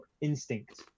Instinct